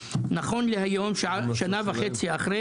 הערבית, נכון להיום, שנה וחצי אחרי